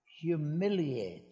humiliate